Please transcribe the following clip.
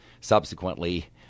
Subsequently